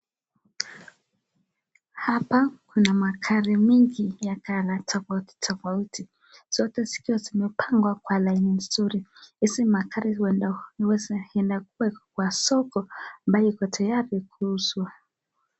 Hapa kuna magari mingi ya (colour) tofauti tofauti zote zikiwa zimepagwa kwa laini mzuri. Hizi huwenda zinauzwa ziko kwa soko tayari kuuzwa.